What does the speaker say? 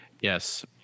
Yes